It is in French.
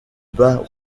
bas